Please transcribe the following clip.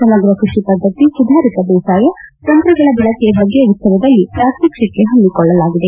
ಸಮಗ್ರ ಕೃಷಿ ಪದ್ದತಿ ಸುಧಾರಿತ ಬೇಸಾಯ ತಂತ್ರಗಳ ಬಳಕೆ ಬಗ್ಗೆ ಉತ್ಸವದಲ್ಲಿ ಪ್ರಾತ್ವಕ್ಷಿಕೆ ಹಮ್ಮಿಕೊಳ್ಳಲಾಗಿದೆ